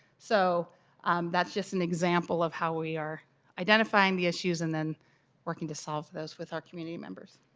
so that's just an example of how we are identifying the issues and then working to solve those with our community members.